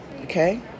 Okay